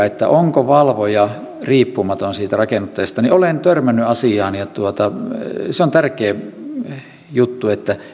että onko valvoja riippumaton siitä rakennuttajasta olen törmännyt asiaan ja se on tärkeä juttu että